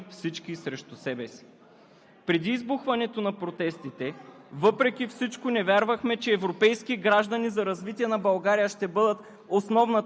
включително българите в чужбина. За първи път Борисов успя да обедини всички срещу себе си. Преди избухването на протестите,